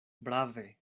brave